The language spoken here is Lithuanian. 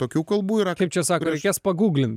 tokių kalbų yra kaip čia sako reikės paguglint